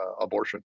abortion